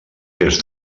est